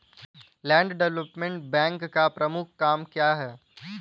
Land development bank का प्रमुख काम क्या है?